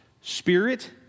spirit